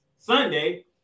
Sunday